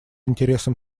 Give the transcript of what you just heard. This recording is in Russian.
интересам